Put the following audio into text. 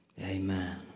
Amen